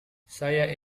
saya